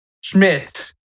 Schmidt